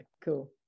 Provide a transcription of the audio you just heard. Cool